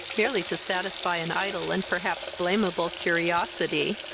merely to satisfy an idle and perhaps blamable curiosity.